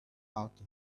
out